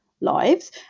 lives